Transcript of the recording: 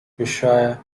cheshire